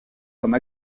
comme